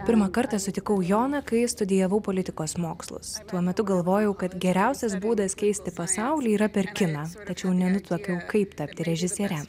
pirmą kartą sutikau joną kai studijavau politikos mokslus tuo metu galvojau kad geriausias būdas keisti pasaulį yra per kiną tačiau nenutuokiau kaip tapti režisiere